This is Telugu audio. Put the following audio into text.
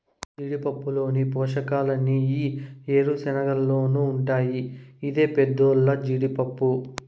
జీడిపప్పులోని పోషకాలన్నీ ఈ ఏరుశనగలోనూ ఉంటాయి ఇది పేదోల్ల జీడిపప్పు